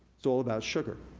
it's all about sugar.